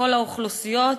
בכל האוכלוסיות,